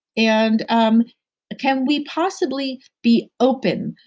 and um and, can we possibly be open,